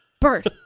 bird